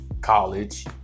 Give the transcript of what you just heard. college